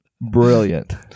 Brilliant